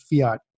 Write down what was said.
fiat